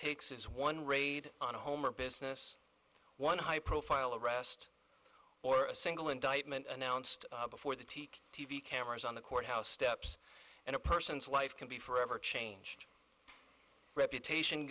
takes is one raid on a home or business one high profile arrest or a single indictment announced before the teak t v cameras on the courthouse steps in a person's life can be forever changed reputation